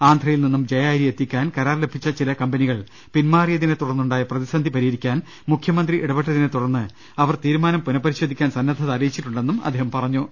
ആന്ധ്രയിൽ നിന്നും ജയ അരി എത്തിക്കാൻ കരാർ ലഭിച്ച ചില കമ്പനികൾ പിൻമാറിയതിന്റെ തുടർന്നുണ്ടായ പ്രതിസന്ധി പരിഹരിക്കാൻ മുഖ്യമന്ത്രി ഇടപ്പെട്ടതിനെ തുടർന്ന് അ വർ തീരുമാനം പുനഃപരിശോധികാൻ സന്നദ്ധത അറിയിച്ചിട്ടു ണ്ടെന്നും അദ്ദേഹം പറഞ്ഞു